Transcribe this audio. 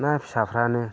ना फिसाफ्रानो